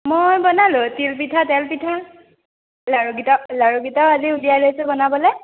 মই বনালোঁ তিল পিঠা তেল পিঠা লাৰুগিতা লাৰুগিতা আজি উলিয়াই লৈছোঁ বনাবলৈ